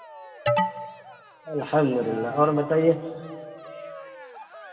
الحمد اللہ اور بتائیے